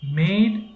made